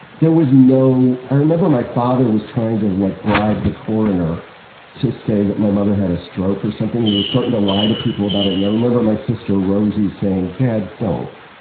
there was no i remember my father was trying to like bribe the coroner to say that my mother had a stroke or something, and he was starting to lie to people about it, and i remember my sister rosie saying, dad, don't.